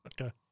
Okay